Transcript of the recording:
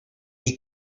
est